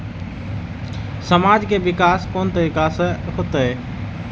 समाज के विकास कोन तरीका से होते?